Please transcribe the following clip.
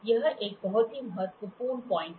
यह एक बहुत ही महत्वपूर्ण बिंदु है